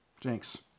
Jinx